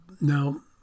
Now